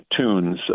tunes